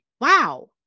wow